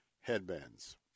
headbands